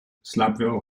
slaapwel